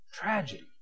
tragedy